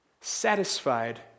satisfied